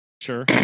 Sure